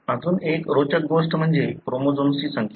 अजून एक रोचक गोष्ट म्हणजे क्रोमोझोम्सची संख्या